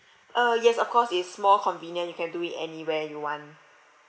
uh yes of course is more convenient you can do it anywhere you want